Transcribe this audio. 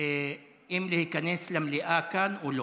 אם להיכנס למליאה, לכאן או לא.